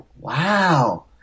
Wow